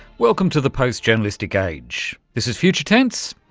welcome to the post journalistic age. this is future tense,